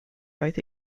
both